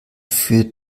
für